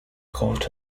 caught